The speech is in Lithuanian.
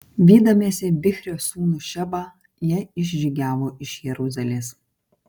vydamiesi bichrio sūnų šebą jie išžygiavo iš jeruzalės